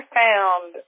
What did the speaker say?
found